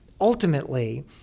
ultimately